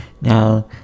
Now